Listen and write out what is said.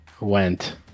Went